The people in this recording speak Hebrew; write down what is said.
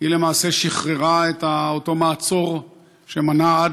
היא למעשה שחררה את אותו מעצור שמנע עד